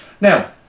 Now